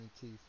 teeth